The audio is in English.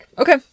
okay